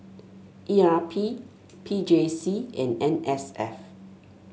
E R P P J C and N S F